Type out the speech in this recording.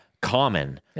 common